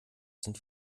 sind